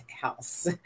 House